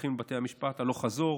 הולכים לבתי המשפט הלוך-חזור,